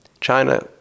China